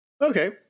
Okay